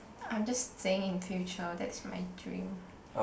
I'm just saying in future that's my dream